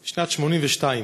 שנת 1982: